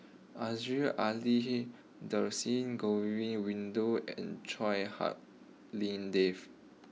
Aziza Ali Dhershini Govin Winodan and Chua Hak Lien Dave